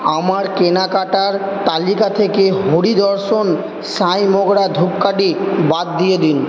আমার কেনাকাটার তালিকা থেকে হরিদর্শন সাঁই মোগরা ধুপকাটি বাদ দিয়ে দিন